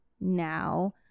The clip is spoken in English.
now